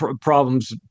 problems